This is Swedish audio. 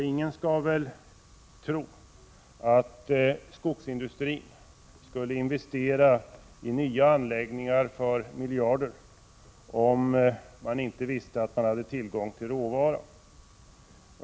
Ingen skall väl tro att skogsindustrin skulle investera i nya anläggningar för miljarder, om man inte visste att man hade tillgång till råvara.